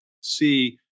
see